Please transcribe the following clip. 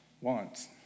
wants